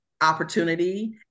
opportunity